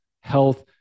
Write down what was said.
health